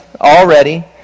already